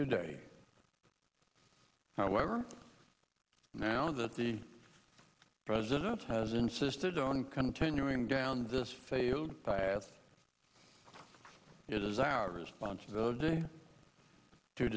today however now that the president has insisted on continuing down this failed path it is our responsibility to